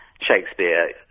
Shakespeare